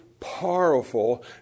powerful